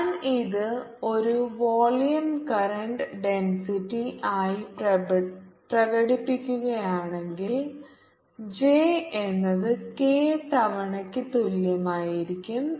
ഞാൻ ഇത് ഒരു വോളിയം കറന്റ് ഡെൻസിറ്റി ആയി പ്രകടിപ്പിക്കുകയാണെങ്കിൽ j എന്നത് k തവണയ്ക്ക് തുല്യമായിരിക്കും